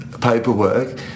paperwork